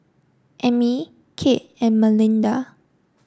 Emmy Kade and Melinda